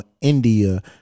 India